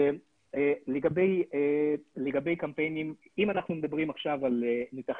אם אנחנו מדברים עכשיו על נתחים,